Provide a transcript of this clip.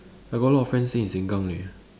I got a lot friends stay in Sengkang leh